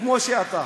כמו שאתה.